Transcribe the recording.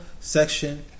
Section